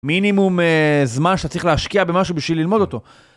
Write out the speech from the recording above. מינימום זמן שאתה צריך להשקיע במשהו בשביל ללמוד אותו.